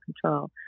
control